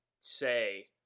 say